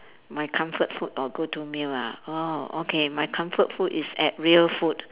my comfort food or go to meal ah oh okay my comfort food is at real food